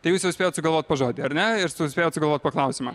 tai jūs jau spėjot sugalvot po žodį ar ne ir suspėjot sugalvot po klausimą